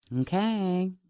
Okay